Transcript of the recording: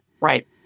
Right